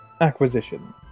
acquisition